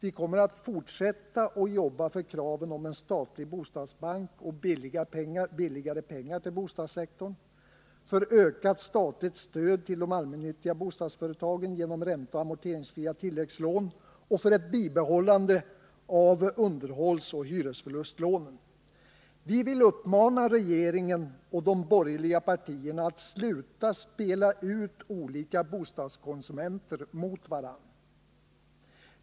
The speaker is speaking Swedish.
Vi kommer att fortsätta att jobba för kraven på en statlig bostadsbank och billigare pengar till bostadssektorn, för ökat statligt stöd till de allmännyttiga bostadsföretagen genom ränteoch amorteringsfria tilläggslån och för ett bibehållande av underhållsoch hyresförlustlånen. Vi vill uppmana regeringen och de borgerliga partierna att sluta spela ut olika bostadskonsumenter mot varandra.